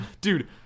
Dude